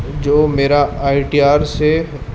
جو میرا I T R سے